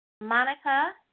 Monica